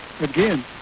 again